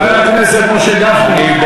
חבר הכנסת משה גפני.